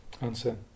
Answer